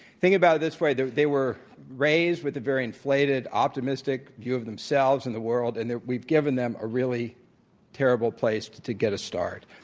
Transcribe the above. think about it this way, they were raised with a very inflated optimistic view of themselves and the world. and they're we've given them a really terrible place to to get a start.